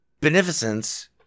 beneficence